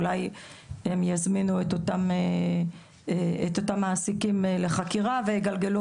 אולי הם יזמינו את אותם מעסיקים לחקירה ויגלגלו